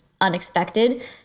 unexpected